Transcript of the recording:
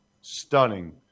stunning